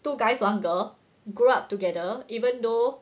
two guys one girl grew up together even though